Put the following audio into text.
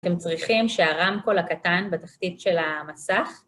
אתם צריכים שהרמקול הקטן בתחתית של המסך,